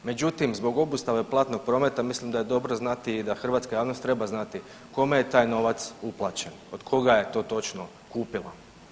Međutim, zbog obustave platnog prometa, mislim da je dobro znati i da hrvatska javnost treba znati kome je taj novac uplaćen, od koga je to točno kupila?